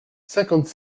cinquante